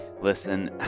listen